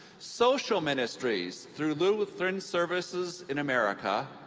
social ministries through lutheran services in america,